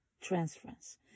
transference